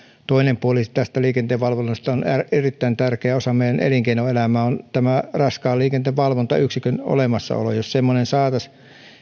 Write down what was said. toinen puoli tästä liikenteen valvonnasta erittäin tärkeä osa meidän elinkeinoelämäämme on raskaan liikenteen valvontayksikön olemassaolo eli jos saataisiin semmoinen